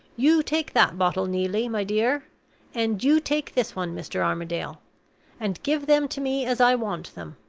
you take that bottle, neelie, my dear and you take this one, mr. armadale and give them to me as i want them.